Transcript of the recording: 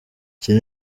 iki